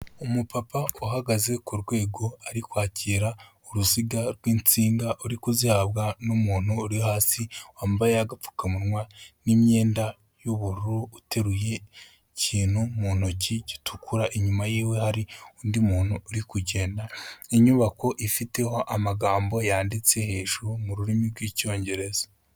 Umupapa uhagaze ku rwego ari kwakira uruziga rw'insinga, uri kuzabwa n'umuntu uri hasi wambaye agapfukamunwa n'imyenda y'ubururu uteruye ikintu mu ntoki gitukura, inyuma y'iwe hari undi muntu uri kugenda, inyubako ifiteho amagambo yanditse hejuru mu rurimi rw'Icyongereza.